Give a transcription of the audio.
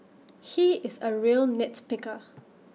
he is A real nit picker